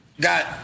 Got